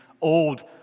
old